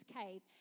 cave